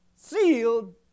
sealed